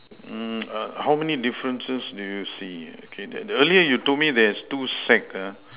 mm err how many differences do you see okay that earlier you told me there's two sack ah